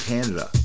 Canada